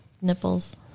nipples